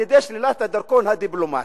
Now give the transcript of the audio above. על-ידי שלילת הדרכון הדיפלומטי.